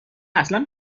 اصلا